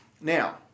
Now